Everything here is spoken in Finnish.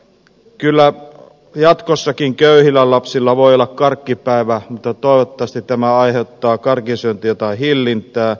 kyllä jatkossakin köyhillä lapsilla voi olla karkkipäivä mutta toivottavasti tämä aiheuttaa karkinsyöntiin jotain hillintää